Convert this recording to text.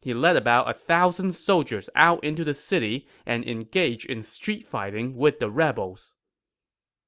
he led about one thousand soldiers out into the city and engaged in street fighting with the rebels